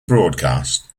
broadcast